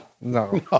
No